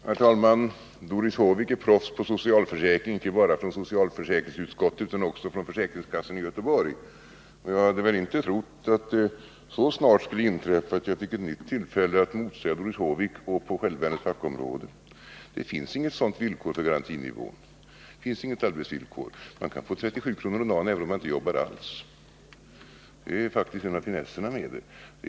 Herr talman! Doris Håvik är proffs på socialförsäkring, inte bara från socialförsäkringsutskottet utan också från försäkringskassan i Göteborg. Jag hade väl inte trott att det så snart skulle inträffa att jag fick ett nytt tillfälle att motsäga Doris Håvik på själva hennes fackområde. Det finns inget arbetsvillkor för garantinivån. Man kan få 37 kr. om dagen, även om man inte jobbar alls. Det är faktiskt en av finesserna med systemet.